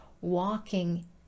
walking